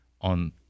on